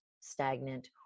stagnant